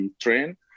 train